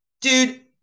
dude